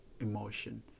emotion